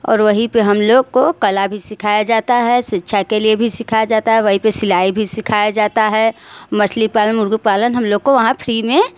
और वहीं पर हम लोग को कला भी सिखाया जाता है शिक्षा के लिए भी सिखाया जाता है वहीं पर सिलाई भी सिखाया जाता है मछली पालन मुर्गी पालन हम लोग को वहाँ फ़्री में